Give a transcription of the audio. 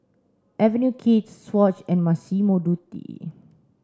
Avenue Kids Swatch and Massimo Dutti